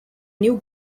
new